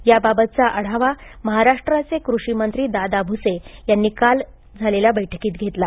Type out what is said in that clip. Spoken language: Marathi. याबाबतचा आढावा महाराष्ट्राचे कृषी मंत्री दादा भुसे यांनी काल झालेल्या बैठकीत घेतला